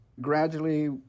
Gradually